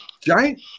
giant